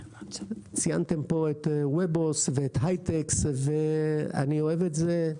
ציינתם פה את הוובוס ואת היי-טקס ואני אוהב את זה,